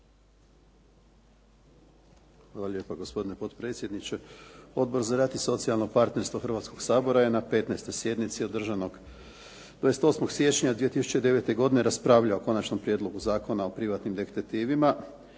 Hvala lijepa gospodine potpredsjedniče. Odbor za rad i socijalno partnerstvo Hrvatskog sabora je na 15. sjednici održanog 28. siječnja 2009. godine raspravljao o Konačnom prijedlogu zakona o privatnim detektivima